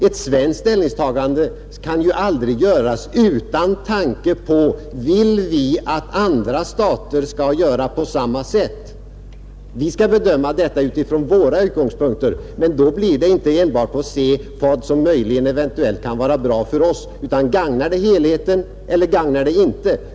Ett svenskt ställningstagande kan ju aldrig göras utan tanken: Vill vi att andra stater skall göra på samma sätt? Vi skall visserligen bedöma frågorna utifrån våra utgångspunkter, men vi kan inte enbart se till vad som möjligen kan vara bra för oss. Vi måste fråga oss om det gagnar helheten eller inte.